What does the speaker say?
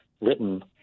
written